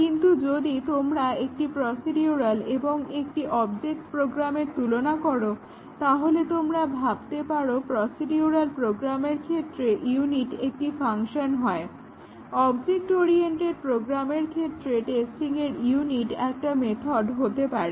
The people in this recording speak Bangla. কিন্তু যদি তোমরা একটি প্রসিডিউরাল এবং একটি অবজেক্ট প্রোগ্রামের তুলনা করো তাহলে তোমরা ভাবতে পারো প্রসিডিউরাল প্রোগ্রামের ক্ষেত্রে ইউনিট একটি ফাংশন হয় অবজেক্ট ওরিয়েন্টেড প্রোগ্রামের ক্ষেত্রে টেস্টিংয়ের ইউনিট একটা মেথড হতে পারে